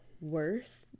worse